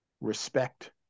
respect